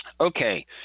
Okay